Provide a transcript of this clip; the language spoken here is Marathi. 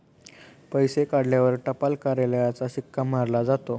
पैसे काढल्यावर टपाल कार्यालयाचा शिक्का मारला जातो